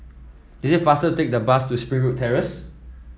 it is faster to take the bus to Springwood Terrace